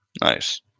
Nice